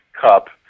cup